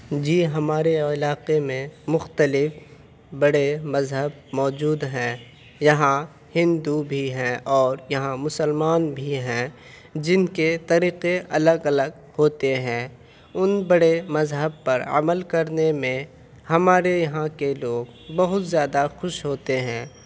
جی ہمارے علاقے میں مختلف بڑے مذہب موجود ہیں یہاں ہندو بھی ہیں اور یہاں مسلمان بھی ہیں جن کے طریقے الگ الگ ہوتے ہیں ان بڑے مذہب پر عمل کرنے میں ہمارے یہاں کے لوگ بہت زیادہ خوش ہوتے ہیں